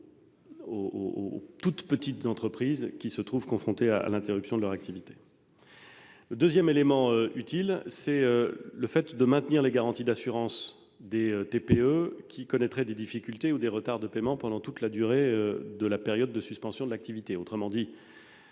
aux toutes petites entreprises qui se trouvent confrontés à l'interruption de leur activité. Le deuxième élément utile est le maintien des garanties d'assurance des TPE qui connaîtraient des difficultés ou des retards de paiement pendant toute la durée de la période de suspension de l'activité. Cela